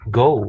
go